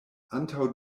antaŭ